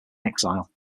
exile